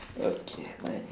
okay mine